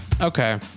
okay